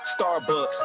Starbucks